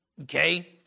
okay